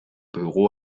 büro